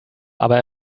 aber